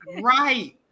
right